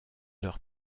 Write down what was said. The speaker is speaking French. leur